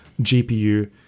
GPU